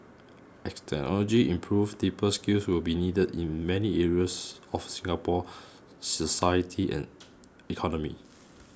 as technology improves deeper skills will be needed in many areas of Singapore's society and economy